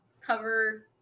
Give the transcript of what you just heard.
cover